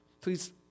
Please